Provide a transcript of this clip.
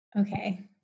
Okay